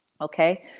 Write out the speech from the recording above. Okay